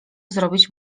zrobić